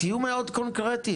תהיו מאוד קונקרטיים.